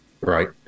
Right